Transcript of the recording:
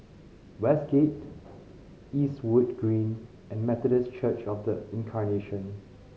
Westgate Eastwood Green and Methodist Church Of The Incarnation